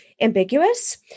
ambiguous